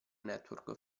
network